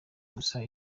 gusa